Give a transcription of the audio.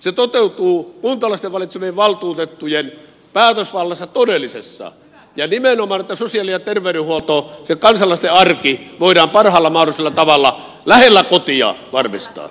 se toteutuu kuntalaisten valitsemien valtuutettujen päätösvallassa todellisessa ja nimenomaan niin että sosiaali ja terveydenhuolto se kansalaisten arki voidaan parhaalla mahdollisella tavalla lähellä kotia varmistaa